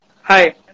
Hi